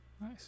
nice